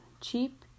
cheap